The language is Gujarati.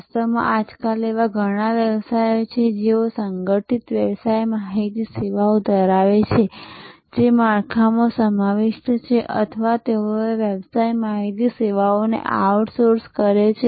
વાસ્તવમાં આજકાલ એવા ઘણા વ્યવસાયો છે જેઓ સંગઠિત વ્યવસાય માહિતી સેવાઓ ધરાવે છે જે માળખામાં સમાવિષ્ટ છે અથવા તેઓ વ્યવસાય માહિતી સેવાઓને આઉટસોર્સ કરે છે